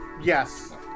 yes